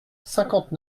cinquante